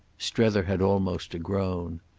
strether had almost a groan.